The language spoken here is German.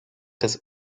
des